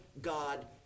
God